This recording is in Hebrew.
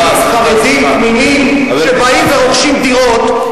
חרדים פנימיים שבאים ורוכשים דירות,